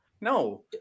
No